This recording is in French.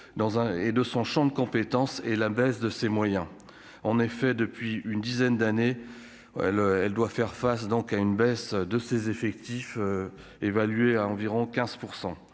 et de son Champ de compétences et la baisse de ses moyens, en effet, depuis une dizaine d'années, elle, elle doit faire face donc à une baisse de ses effectifs évalués à environ 15